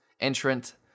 entrant